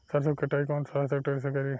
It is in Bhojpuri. सरसों के कटाई कौन सा ट्रैक्टर से करी?